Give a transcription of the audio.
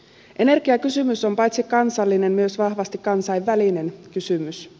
energiakysymys on paitsi kansallinen myös vahvasti kansainvälinen kysymys